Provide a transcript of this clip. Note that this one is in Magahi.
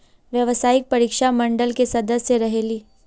व्यावसायिक परीक्षा मंडल के सदस्य रहे ली?